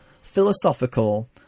philosophical